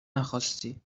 نخواستی